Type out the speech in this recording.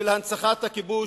של הנצחת הכיבוש,